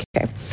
Okay